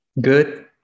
Good